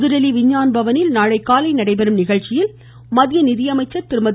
புதுதில்லி விக்ஞான் பவனில் நாளை காலை நடைபெறும் நிகழ்ச்சியில் மத்திய நிதியமைச்சர் திருமதி